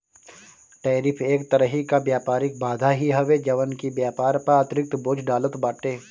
tariff एक तरही कअ व्यापारिक बाधा ही हवे जवन की व्यापार पअ अतिरिक्त बोझ डालत बाटे